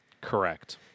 Correct